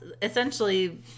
Essentially